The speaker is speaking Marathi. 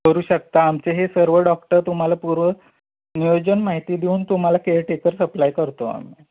करू शकता आमचे हे सर्व डॉक्टर तुम्हाला पूर्व नियोजन माहिती देऊन तुम्हाला केअरटेकर सप्लाय करतो आम्ही